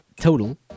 total